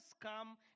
come